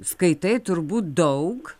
skaitai turbūt daug